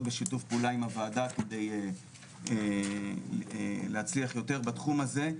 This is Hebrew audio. בשיתוף פעולה עם הוועדה כדי להצליח יותר בתחום הזה,